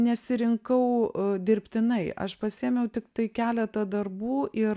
nesirinkau dirbtinai aš pasiėmiau tiktai keletą darbų ir